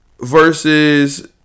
versus